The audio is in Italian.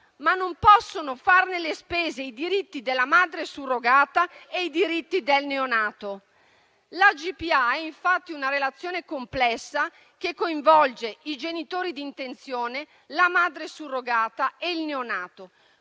ma non possono farne le spese i diritti della madre surrogata e i diritti del neonato. La GPA è infatti una relazione complessa, che coinvolge i genitori di intenzione, la madre surrogata e il neonato.